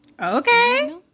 Okay